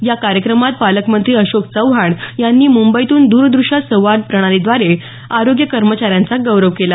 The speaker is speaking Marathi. या कार्यक्रमात पालकमंत्री अशोक चव्हाण यांनी मुंबईतून दूरदृश्य प्रणालीद्वारे संवाद साधत आरोग्य कर्मचाऱ्यांचा गौरव केला